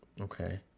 Okay